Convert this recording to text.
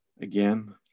again